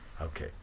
okay